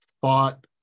thought